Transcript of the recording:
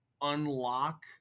unlock